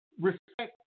respect